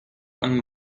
and